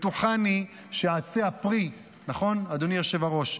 בטוחנו שעצי הפרי, נכון, אדוני היושב-ראש?